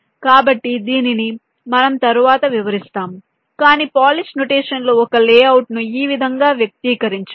కాబట్టి దీనిని మనం తరువాత వివరిస్తాము కాని పోలిష్ నొటేషన్ లో ఒక లేఅవుట్ను ఈ విధంగా వ్యక్తీకరించవచ్చు